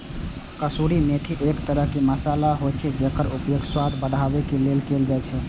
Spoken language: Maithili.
कसूरी मेथी एक तरह मसाला होइ छै, जेकर उपयोग स्वाद बढ़ाबै लेल कैल जाइ छै